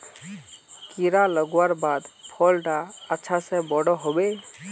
कीड़ा लगवार बाद फल डा अच्छा से बोठो होबे?